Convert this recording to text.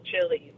chilies